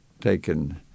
taken